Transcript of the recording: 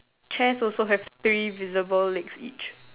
chairs also have three visible legs each